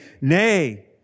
Nay